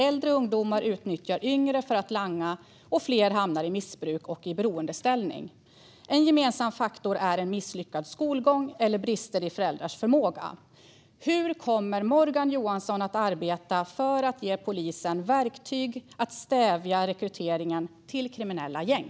Äldre ungdomar utnyttjar yngre för att langa, och fler hamnar i missbruk och i beroendeställning. Gemensamma faktorer är en misslyckad skolgång och brister i föräldrars förmåga. Hur kommer Morgan Johansson att arbeta för att ge polisen verktyg för att stävja rekryteringen till kriminella gäng?